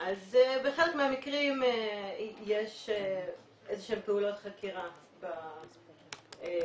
אז בחלק מהמקרים יש איזשהן פעולות חקירה בתיקים,